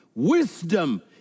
Wisdom